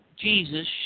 Jesus